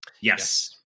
Yes